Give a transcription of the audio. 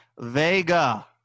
Vega